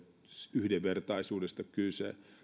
yhdenvertaisuudesta kyse